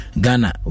Ghana